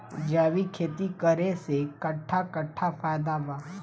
जैविक खेती करे से कट्ठा कट्ठा फायदा बा?